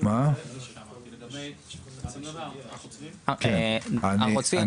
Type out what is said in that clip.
לגבי הר חוצבים --- הר חוצבים.